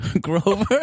Grover